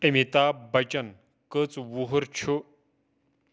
امیتابھ بچن کٔژ وُہُر چھُ